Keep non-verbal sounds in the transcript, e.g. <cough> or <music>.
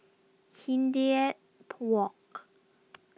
Hindhede <noise> Walk